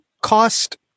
cost